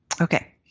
Okay